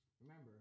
Remember